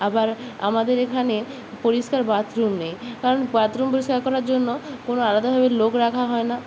আবার আমাদের এখানে পরিষ্কার বাথরুম নেই কারণ বাথরুম পরিষ্কার করার জন্য কোনো আলাদাভাবে লোক রাখা হয় না